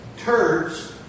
turds